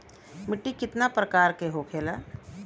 मिट्टी कितना प्रकार के होखेला?